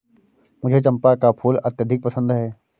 मुझे चंपा का फूल अत्यधिक पसंद है